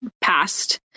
past